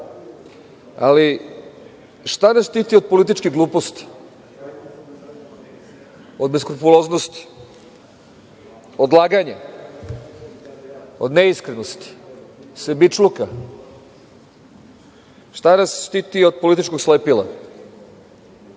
ali šta nas štiti od političke gluposti, od beskrupuloznosti, od laganja, od neiskrenosti, sebičluka? Šta nas štiti od političkog slepila? Pod